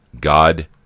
God